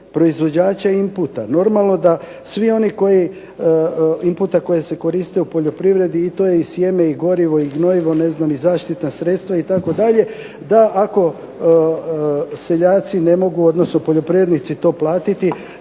proizvođača inputa. Normalno da svi oni koji, inputa koji se koristi u poljoprivredi, i to je i sjeno i gorivo i gnojivo i zaštitna sredstva itd, da ako seljaci ne mogu, odnosno poljoprivrednici to platiti